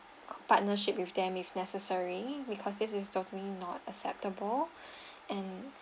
partnership with them if necessary because this is totally not acceptable and